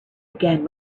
again